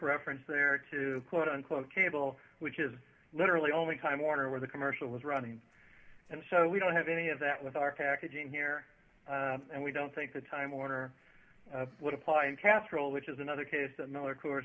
reference there to quote unquote cable which is literally only time warner where the commercial is running and so we don't have any of that with our caca doing here and we don't think the time warner would apply in casseroles which is another case another course